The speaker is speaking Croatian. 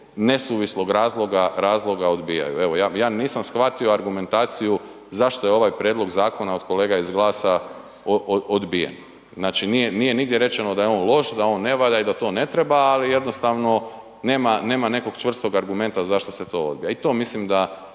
nesuvislog razloga odbijaju. Evo, ja nisam shvatio argumentaciju zašto je ovaj prijedlog zakona od kolega iz GLAS-a odbijen. Znači nije nigdje rečeno da je on loš, da on ne valja i da to ne treba, ali jednostavno nema nekog čvrstog argumenta zašto se to odbija i to mislim da